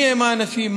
מיהם האנשים,